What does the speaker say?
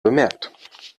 bemerkt